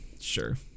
Sure